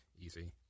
Easy